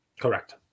Correct